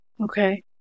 Okay